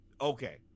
okay